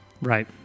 Right